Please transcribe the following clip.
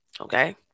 Okay